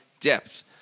depth